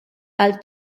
għal